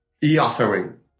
E-offering